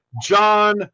John